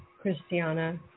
Christiana